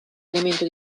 elemento